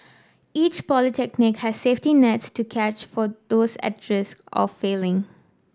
each polytechnic has safety nets to catch for those at risk of failing